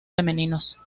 femeninos